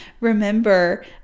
remember